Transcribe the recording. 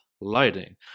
lighting